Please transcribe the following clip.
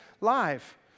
live